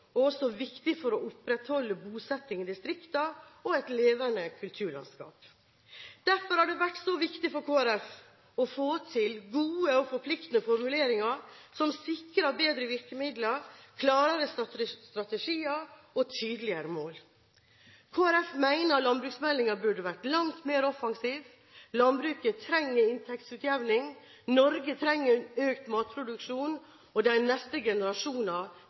og også viktig for å opprettholde bosettingen i distriktene og et levende kulturlandskap. Derfor har det vært så viktig for Kristelig Folkeparti å få til gode og forpliktende formuleringer som sikrer bedre virkemidler, klarere strategier og tydeligere mål. Kristelig Folkeparti mener at landbruksmeldingen burde vært langt mer offensiv – landbruket trenger inntektsutjevning, Norge trenger økt matproduksjon, og de neste generasjoner